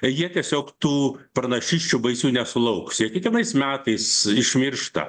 jie tiesiog tų pranašysčių baisių nesulauks jie kiekvienais metais išmiršta